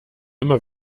immer